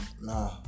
nah